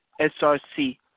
SRC